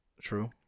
True